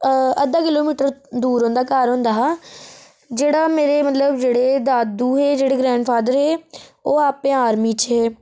अद्धा किलोमीटर दूर उंदा घर हुंदा हा जेह्ड़ा मेरे मतलब जेह्ड़े दादू हे जेह्ड़े ग्रैंड फादर हे ओह् आपूं आर्मी च हे